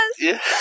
Yes